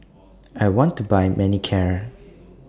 I want to Buy Manicare